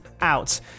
out